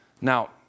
Now